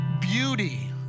beauty